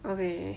okay